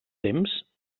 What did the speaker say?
temps